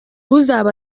uzaba